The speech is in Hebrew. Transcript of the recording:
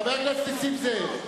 חבר הכנסת נסים זאב,